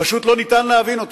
פשוט אי-אפשר להבין אותה.